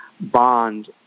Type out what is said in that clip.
bond